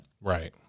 right